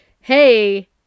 hey